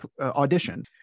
audition